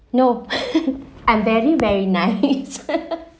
nope I'm very very nice